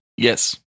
Yes